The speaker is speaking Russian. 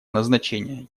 назначения